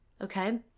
Okay